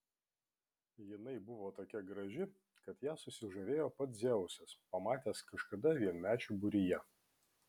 jinai buvo tokia graži kad ja susižavėjo pats dzeusas pamatęs kažkada vienmečių būryje